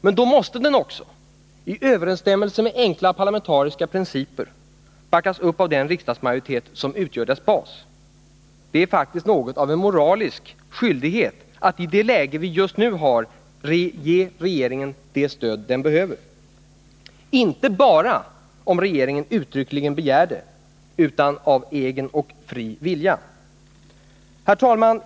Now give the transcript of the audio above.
Men då måste den också, i överensstämmelse med enkla parlamentariska principer, backas upp av den riksdagsmajoritet som utgör dess bas. Det är faktiskt något av en moralisk skyldighet att i det läge vi just nu befinner oss i ge regeringen det stöd den behöver — inte bara om regeringen uttryckligen begär det, utan av egen och fri vilja. Herr talman!